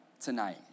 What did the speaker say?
tonight